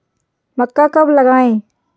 मक्का कब लगाएँ?